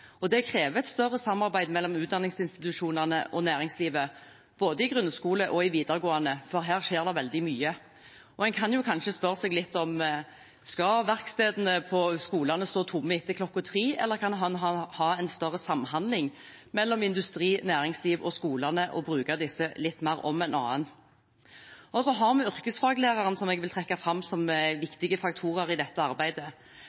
og det krever et større samarbeid mellom utdanningsinstitusjonene og næringslivet, både i grunnskole og i videregående, for her skjer det veldig mye. En kan kanskje spørre seg om hvorvidt verkstedene på skolene skal stå tomme etter klokken tre, eller om man kan ha en større samhandling mellom industri, næringsliv og skolene og bruke dem litt mer om hverandre. Så har vi yrkesfaglærerne, som jeg vil trekke fram som viktige faktorer i dette arbeidet.